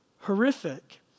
horrific